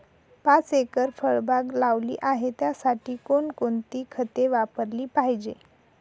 पाच एकर फळबाग लावली आहे, त्यासाठी कोणकोणती खते वापरली पाहिजे?